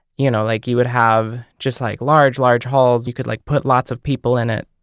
you know like you would have just like large, large halls, you could like put lots of people in it,